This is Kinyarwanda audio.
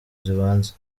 z’ibanze